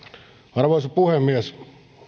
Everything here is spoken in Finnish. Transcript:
arvoisa puhemies